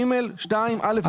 (ג)(2)(א) ו-(ב),